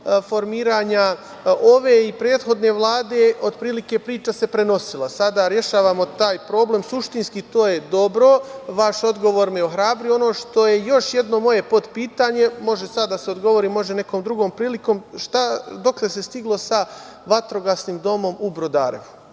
formiranja ove i prethodne Vlade, otprilike priča se prenosila. Sada rešavamo taj problem. Suštinski to je dobro. Vaš odgovor me je ohrabrio. Ono što je još jedno moje potpitanje, može sada da se odgovori, može nekom drugom prilikom, dokle se stiglo sa vatrogasnim domom u Brodarevu?